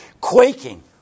quaking